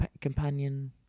companion